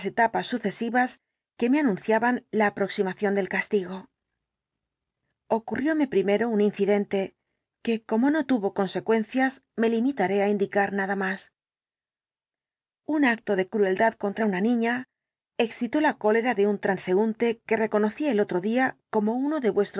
etapas sucesivas que me anunciaban la aproximaexplicación completa del caso ción del castigo ocurrióme primero un incidente que como no tuvo consecuencias me limitaré á indicar nada más un acto de crueldad contra una niña excitó la cólera de un transeúnte que reconocí el otro día como uno de